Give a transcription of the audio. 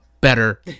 better